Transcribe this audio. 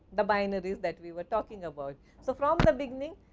the binaries that we were talking about. so, from the beginning